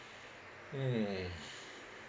mm